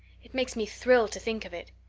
it makes me thrill to think of it.